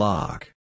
Lock